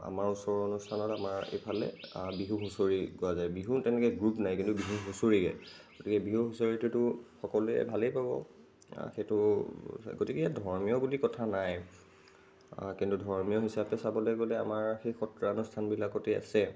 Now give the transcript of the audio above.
আমাৰ ওচৰৰ অনুষ্ঠানত আমাৰ ইফালে বিহু হুঁচৰি গোৱা যায় বিহু তেনেকৈ গ্ৰুপ নাই কিন্তু বিহু হুঁচৰি গায় গতিকে বিহু হুঁচৰিটোতো সকলোৱে ভালে পাব সেইটো গতিকে ধৰ্মীয় বুলি কথা নাই কিন্তু ধৰ্মীয় হিচাপে চাবলৈ গ'লে আমাৰ সেই সত্ৰানুষ্ঠানবিলাকতে আছে